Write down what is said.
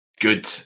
good